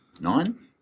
Nine